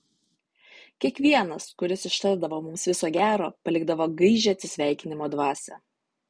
kiekvienas kuris ištardavo mums viso gero palikdavo gaižią atsisveikinimo dvasią